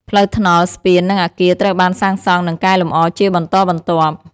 ផ្លូវថ្នល់ ស្ពាន និងអគារត្រូវបានសាងសង់និងកែលម្អជាបន្តបន្ទាប់។